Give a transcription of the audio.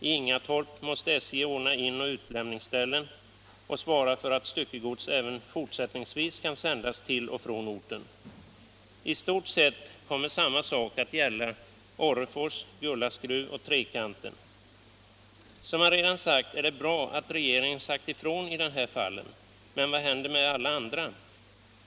I Ingatorp måste SJ ordna inoch utlämningsställe och svara för att styckegods även fortsättningsvis kan sändas till och från orten. I stort sett kommer samma sak att gälla Orrefors, Gullaskruv och Trekanten. Som jag redan antytt är det bra att regeringen sagt ifrån i de här fallen. Men vad händer med alla andra stationer?